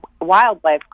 Wildlife